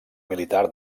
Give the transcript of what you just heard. militar